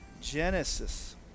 Genesis